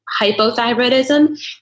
hypothyroidism